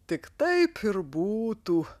tik taip ir būtų